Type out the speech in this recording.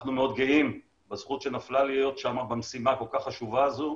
אנחנו מאוד גאים בזכות שנפלה להיות שם במשימה הכול-כך חשובה הזו.